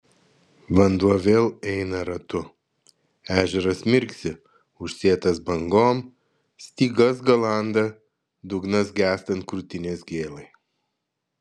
vanduo vėl eina ratu ežeras mirksi užsėtas bangom stygas galanda dugnas gęstant krūtinės gėlai